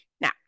Now